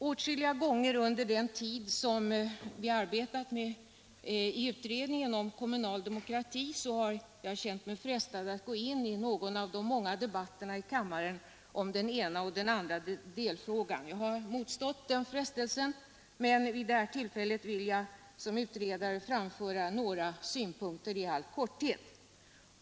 Åtskilliga gånger under den tid som vi arbetat i utredningen om kommunal demokrati har jag känt mig frestad att gå in i någon av de många debatterna i kammaren om den ena eller den andra delfrågan. Jag har motstått den frestelsen, men vid detta tillfälle vill jag som utredare framföra några synpunkter i all korthet.